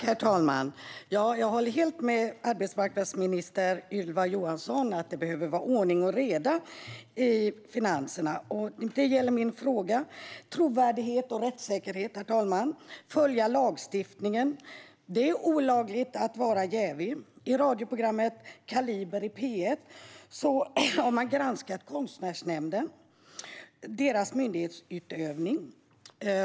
Herr talman! Jag håller helt med arbetsmarknadsminister Ylva Johansson om att det behöver vara ordning och reda i finanserna. Min fråga gäller trovärdighet och rättssäkerhet och att följa lagstiftningen. Det är olagligt att vara jävig. I radioprogrammet Kaliber i P1 har man granskat Konstnärsnämnden och deras myndighetsutövning.